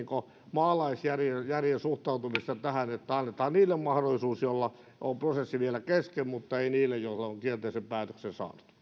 maalaisjärjellä suhtautumista tähän että annetaan niille mahdollisuus joilla on prosessi vielä kesken mutta ei niille jotka ovat kielteisen päätöksen